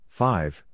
five